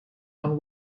own